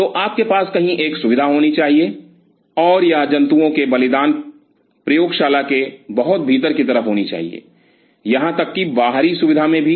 तो आपके पास कहीं एक सुविधा होनी चाहिए और यह जंतुओं के बलिदान प्रयोगशाला के बहुत भीतर Refer Time 0558 की तरफ होनी चाहिए यहां तक कि बाहरी सुविधा में भी